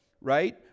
right